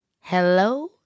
hello